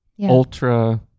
ultra